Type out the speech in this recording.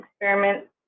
experiments